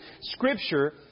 Scripture